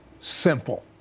simple